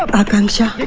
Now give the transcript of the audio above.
akansha